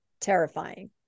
terrifying